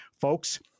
Folks